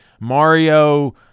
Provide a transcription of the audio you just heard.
Mario